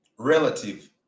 relative